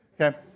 Okay